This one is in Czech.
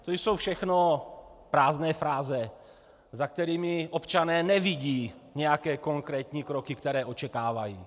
To jsou všechno prázdné fráze, za kterými občané nevidí nějaké konkrétní kroky, které očekávají.